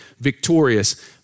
victorious